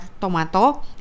tomato